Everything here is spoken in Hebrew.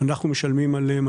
אנחנו משלמים עליהן,